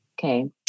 Okay